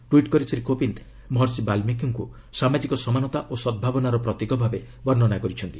tweet କରି ଶ୍ରୀ କୋବିନ୍ଦ ମହର୍ଷି ବାଲ୍ମିକୀଙ୍କୁ ସାମାଜିକ ସମାନତା ଓ ସଦ୍ଭାବନାର ପ୍ରତୀକ ଭାବେ ବର୍ଷନା କରିଛନ୍ତି